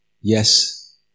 Yes